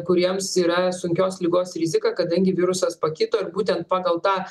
kuriems yra sunkios ligos rizika kadangi virusas pakito ir būtent pagal tą